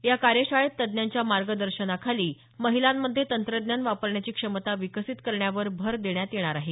या कार्यशाळेत तज्ज्ञांच्या मार्गदर्शनाखाली महिलांमध्ये तंत्रज्ञान वापरण्याची क्षमता विकसित करण्यावर भर देण्यात येणार आहे